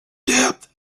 depth